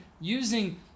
using